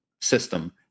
system